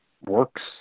works